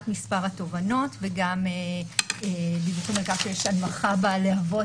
מספר התובענות ודיווחים על כך שיש הנמכה בלהבות